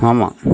ஆமாம்